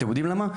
אתם יודעים למה?